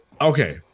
okay